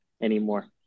anymore